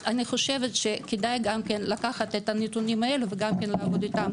אני חושבת שכדאי גם לקחת את הנתונים האלה ולעבוד גם איתם.